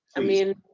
i mean.